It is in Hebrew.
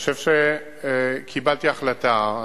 אני חושב שקיבלתי החלטה,